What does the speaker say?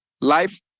Life